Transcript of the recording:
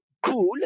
Cool